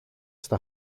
στα